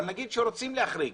אבל נגיד שרוצים להחריג,